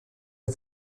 est